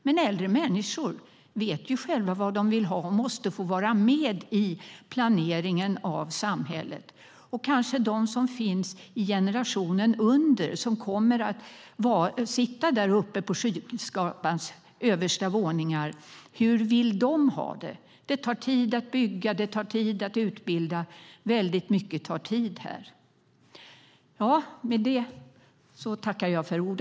Men äldre människor vet ju själva vad de vill ha och måste få vara med i planeringen av samhället. De som finns i generationen under, som kommer att sitta där uppe på skyskrapans översta våningar, hur vill de ha det? Det tar tid att bygga. Det tar tid att utbilda. Väldigt mycket tar tid.